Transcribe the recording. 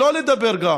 שלא לדבר גם